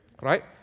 right